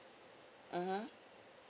mmhmm